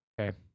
okay